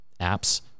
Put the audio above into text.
apps